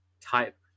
type